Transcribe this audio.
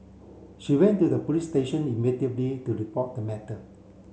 she went to the police station immediately to report the matter